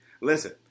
Listen